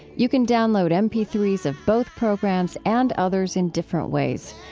you can download m p three s of both programs and others in different ways,